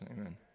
Amen